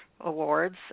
awards